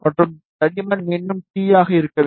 மற்றும் தடிமன் மீண்டும் t ஆக இருக்க வேண்டும்